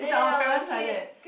is our parents like that